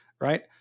right